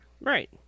right